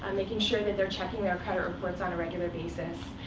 and making sure that they're checking their credit reports on a regular basis.